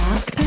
Ask